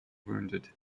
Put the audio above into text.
wounded